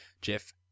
Jeff